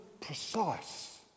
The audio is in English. precise